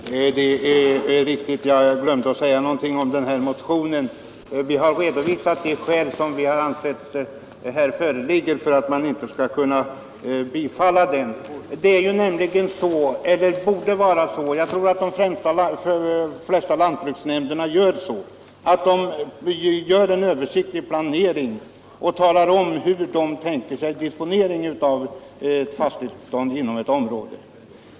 Fru talman! Det är riktigt att jag glömde att säga något om denna motion. Vi har redovisat de skäl som vi ansett föreligger för att den inte bör bifallas. Det bör nämligen vara så — och jag tror att de flesta lantbruksnämnderna förfar på det sättet — att man har en översiktlig planering där man anger hur man tänker sig att disponera fastighetsbeståndet inom ett område.